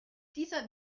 dieser